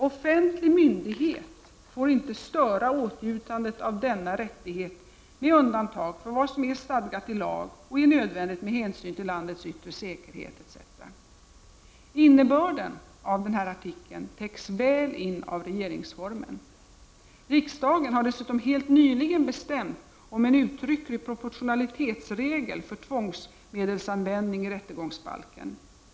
Offentlig myndighet får inte störa åtnjutandet av denna rättighet med undantag för vad som är stadgat i lag och är nödvändigt med hänsyn till landets yttre säkerhet etc. Innebörden av denna artikel täcks väl in av regeringsformen. Riksdagen har dessutom helt nyligen bestämt om en uttrycklig proportionalitetsregel för tvångsmedelsanvändning i rättegångsbalken.